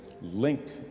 linked